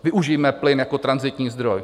Využijme plyn jako tranzitní zdroj.